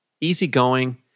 easygoing